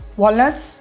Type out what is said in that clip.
walnuts